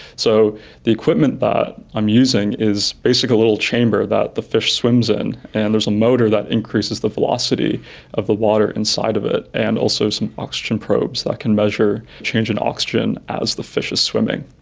so the equipment that i'm using is basically a little chamber that the fish swims in, and there's a motor that increases the velocity of the water inside of it and also some oxygen probes that can measure change in oxygen as the fish is swimming.